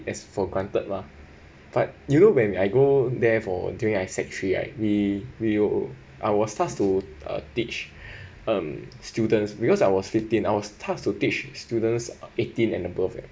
as for granted lah but you know when I go there for during I sec three right we will I will starts to teach um students because I was fifteen I was tasked to teach students eighteen and above eh